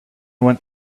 went